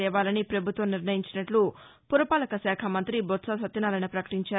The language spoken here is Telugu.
తేవాలని పభుత్వం నిర్ణయించినట్లు పురపాలక శాఖ మంతి బొత్స సత్యనారాయణ ప్రపకటించారు